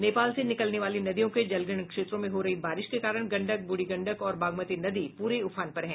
नेपाल से निकलने वाली नदियों के जलग्रहण क्षेत्रों में हो रही बारिश के कारण गंडक बूढ़ी गंडक और बागमती नदी पूरे उफान पर हैं